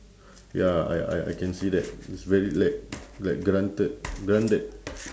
ya I I I can see that it's very like like granted grounded